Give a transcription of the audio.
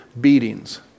beatings